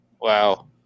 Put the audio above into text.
Wow